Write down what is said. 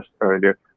earlier